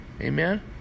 Amen